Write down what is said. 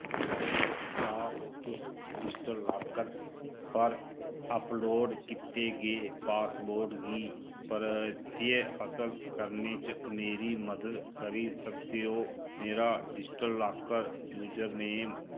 क्या तुस digital locker पर अपलोड कीते गे पासपोर्ट गी परतियै हासल करने च मेरी मदद करी सकदे ओ मेरा डिजटल लाकर यूजरनेम